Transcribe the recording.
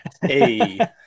Hey